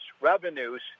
revenues